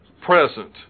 present